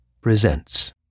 presents